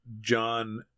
John